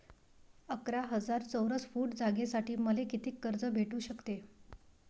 अकरा हजार चौरस फुट जागेसाठी मले कितीक कर्ज भेटू शकते?